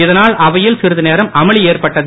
இதனால் அவையில் சிறிது நேரம் அமளி ஏற்பட்டது